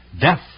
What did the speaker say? death